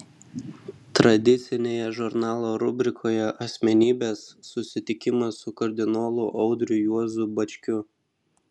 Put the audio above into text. tradicinėje žurnalo rubrikoje asmenybės susitikimas su kardinolu audriu juozu bačkiu